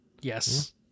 yes